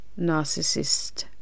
narcissist